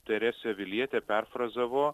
teresė avilietė perfrazavo